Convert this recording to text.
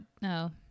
No